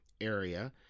area